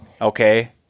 okay